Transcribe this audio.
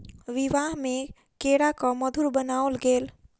विवाह में केराक मधुर बनाओल गेल